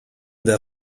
der